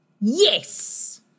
yes